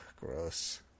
Gross